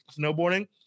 snowboarding